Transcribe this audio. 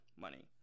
money